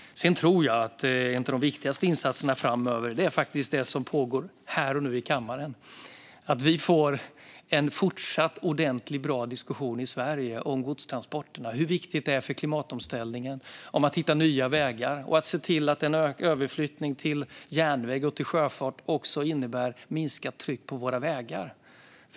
Sedan tror jag att en av de viktigaste insatserna framöver är det som pågår här och nu i kammaren: att vi har en fortsatt ordentlig och bra diskussion i Sverige om godstransporterna och hur viktigt detta är för klimatomställningen, om att hitta nya vägar och om att se till att en överflyttning till järnväg och sjöfart också innebär minskat tryck på våra vägar.